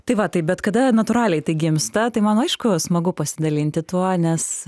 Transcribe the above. tai va taip bet kada natūraliai tai gimsta tai man aišku smagu pasidalinti tuo nes